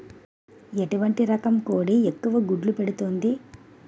ఎటువంటి రకం కోడి ఎక్కువ గుడ్లు పెడుతోంది?